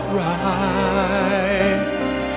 right